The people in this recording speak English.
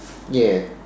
ya